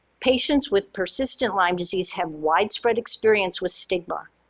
patients with persistent lyme disease have widespread experience with stigma,